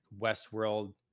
westworld